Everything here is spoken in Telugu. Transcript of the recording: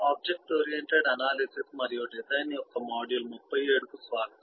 ఆబ్జెక్ట్ ఓరియెంటెడ్ అనాలిసిస్ మరియు డిజైన్ యొక్క మాడ్యూల్ 37 కు స్వాగతం